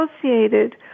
associated